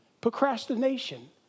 Procrastination